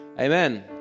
Amen